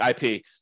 IP